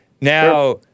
Now